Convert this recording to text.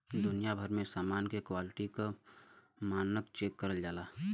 दुनिया भर में समान के क्वालिटी क मानक चेक करल जाला